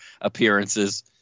appearances